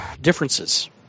differences